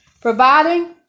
providing